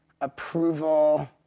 approval